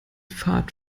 fahrt